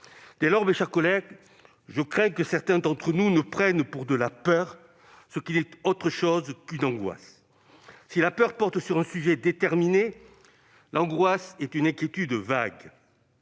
Dès lors, mes chers collègues, je crains que certains d'entre nous ne prennent pour de la peur ce qui n'est rien d'autre qu'une angoisse. Si la peur porte sur un objet déterminé, l'angoisse est une inquiétude vague.